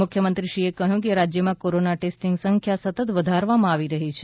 મુખ્યમંત્રીશ્રીએ કહ્યું કે રાજ્યમાં કોરોના ટેસ્ટીંગની સંખ્યા સતત વધારવામાં આવી રહી છે